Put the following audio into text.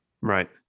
Right